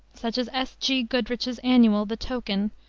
such as s. g. goodrich's annual, the token,